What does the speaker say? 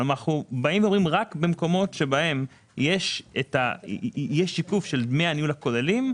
אנחנו אומרים שרק במקומות שבהם יש שיקוף של דמי הניהול הכוללים,